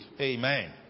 Amen